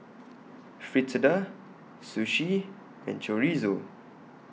Fritada Sushi and Chorizo